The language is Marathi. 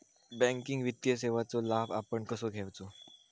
बँकिंग वित्तीय सेवाचो लाभ आपण कसो घेयाचो?